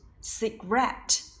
cigarette